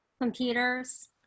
computers